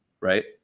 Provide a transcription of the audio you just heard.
right